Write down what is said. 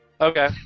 Okay